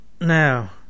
Now